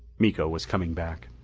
miko was coming back.